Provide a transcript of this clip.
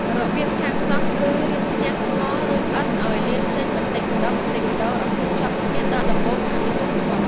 របៀបសាងសង់គឺរៀបផ្ទាំងថ្ម ឬឥដ្ឋឱ្យលៀនចេញបន្តិចម្តងៗរហូតជួបគ្នាដល់ដំបូលខាងលើបំផុត។